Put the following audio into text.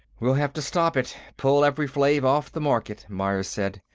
we'll have to stop it pull evri-flave off the market, myers said.